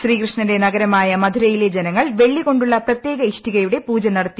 ശ്രീകൃഷ്ണന്റെ നഗരമായ മഥുരയിലെ ജനങ്ങൾ വെള്ളികൊണ്ടുള്ള പ്രത്യേക ഇഷ്ടികയുടെ പൂജ നടത്തി